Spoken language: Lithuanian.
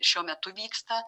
šiuo metu vyksta